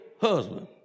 husband